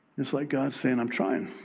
it's like god saying i'm trying,